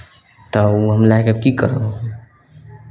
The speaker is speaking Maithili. तऽ ओ हम लए कऽ की करब हम